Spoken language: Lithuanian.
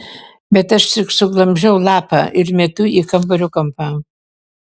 bet aš tik suglamžau lapą ir metu į kambario kampą